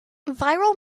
viral